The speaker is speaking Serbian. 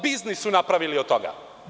Biznis su napravili od toga.